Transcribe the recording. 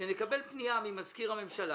שנקבל פנייה ממזכיר הממשלה,